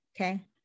okay